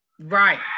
Right